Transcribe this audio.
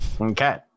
Okay